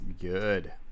good